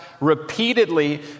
repeatedly